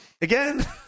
Again